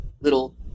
little